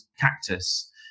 Cactus